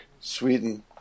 Sweden